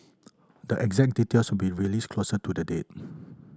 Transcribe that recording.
the exact details be released closer to the date